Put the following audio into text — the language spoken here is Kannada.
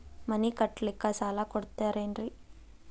ಮನಿ ಕಟ್ಲಿಕ್ಕ ಸಾಲ ಕೊಡ್ತಾರೇನ್ರಿ?